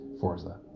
Forza